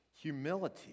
humility